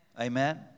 Amen